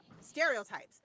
stereotypes